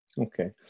okay